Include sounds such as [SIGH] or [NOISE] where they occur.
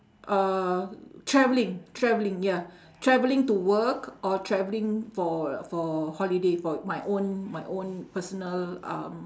uh travelling travelling ya [BREATH] travelling to work or travelling for for holiday for my own my own personal um